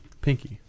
Pinky